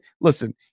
listen